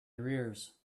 arrears